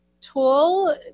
tool